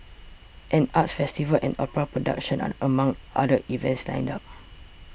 an arts festival and opera production are among other events lined up